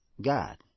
God